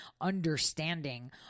understanding